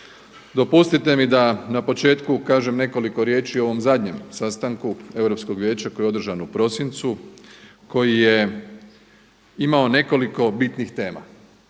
Dopustite mi da na početku kažem nekoliko riječi o ovom zadnjem sastanku Europskog vijeća koje je održano u prosincu, koji je imao nekoliko bitnih tema